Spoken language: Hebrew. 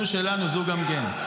זו שלנו זו גם כן.